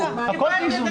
הכול זה איזון.